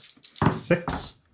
Six